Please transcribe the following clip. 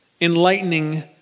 enlightening